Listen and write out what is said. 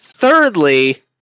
Thirdly